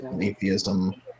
atheism